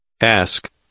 ask